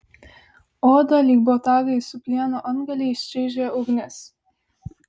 odą lyg botagai su plieno antgaliais čaižė ugnis